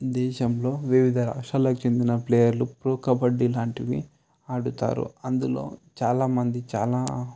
దేశంలో వివిధ రాష్ట్రాలకు చెందిన ప్లేయర్లు ప్రో కబడ్డీ లాంటివి ఆడుతారు అందులో చాలామంది చాలా